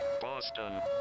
Boston